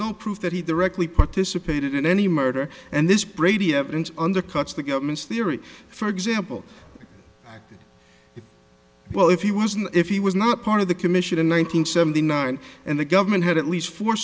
no proof that he directly participated in any murder and this brady evidence undercuts the government's theory for example well if he wasn't if he was not part of the commission in one nine hundred seventy nine and the government had at least four